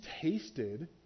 tasted